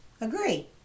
Agree